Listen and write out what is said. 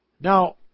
Now